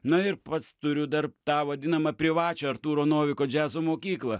na ir pats turiu dar tą vadinamą privačią artūro noviko džiazo mokyklą